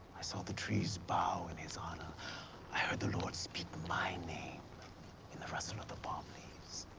i saw the trees bow in his honour i heard the lord speak my name in the rustle of the barb leaves.